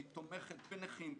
והיא תומכת בנכים,